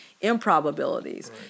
improbabilities